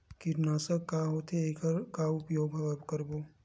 कीटनाशक का होथे एखर का उपयोग करबो?